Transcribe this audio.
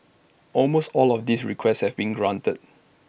almost all of these requests had been granted